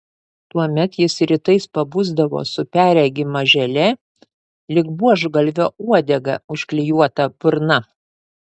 tuomet jis rytais pabusdavo su perregima želė lyg buožgalvio uodega užklijuota burna